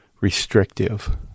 restrictive